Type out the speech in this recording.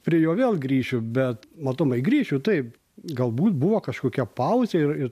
prie jo vėl grįšiu bet matomai grįšiu taip galbūt buvo kažkokia pauzė ir ir